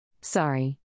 Sorry